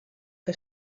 que